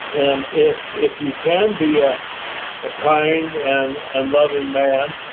and if if you can be a ah kind and ah loving man,